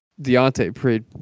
Deontay